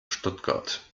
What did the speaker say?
stuttgart